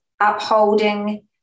upholding